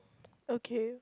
okay